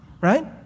right